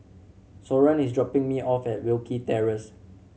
Soren is dropping me off at Wilkie Terrace